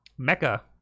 Mecca